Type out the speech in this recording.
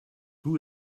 who